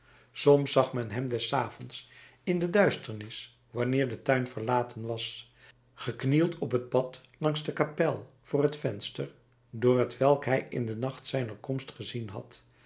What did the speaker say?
soms zag men hem des avonds in de duisternis wanneer de tuin verlaten was geknield op het pad langs de kapel voor het venster door t welk hij in den nacht zijner komst gezien had